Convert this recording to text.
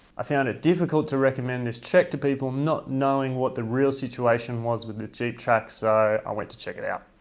i found it difficult to recommend this trek to people not knowing what the real situation was with the jeep track so i want to check it out.